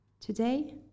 Today